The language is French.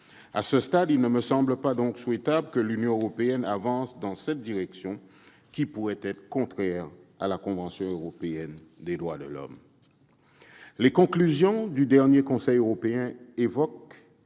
À ce stade, il ne me semble pas souhaitable que l'Union européenne avance dans cette voie, qui pourrait être contraire à la Convention européenne des droits de l'homme. Les conclusions du dernier Conseil européen évoquent